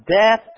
death